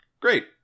great